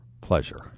pleasure